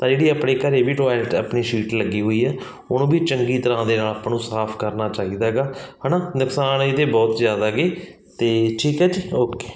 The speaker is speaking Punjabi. ਤਾਂ ਜਿਹੜੀ ਆਪਣੇ ਘਰੇ ਵੀ ਟੋਇਲਟ ਹੈ ਆਪਣੀ ਸੀਟ ਲੱਗੀ ਹੋਈ ਹੈ ਉਹਨੂੰ ਵੀ ਚੰਗੀ ਤਰ੍ਹਾਂ ਦੇ ਨਾਲ ਆਪਾਂ ਨੂੰ ਸਾਫ ਕਰਨਾ ਚਾਹੀਦਾ ਹੈਗਾ ਹੈ ਨਾ ਨੁਕਸਾਨ ਇਹਦੇ ਬਹੁਤ ਜ਼ਿਆਦਾ ਗੇ ਅਤੇ ਠੀਕ ਹੈ ਜੀ ਓਕੇ